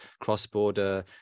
cross-border